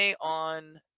on